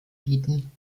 bieten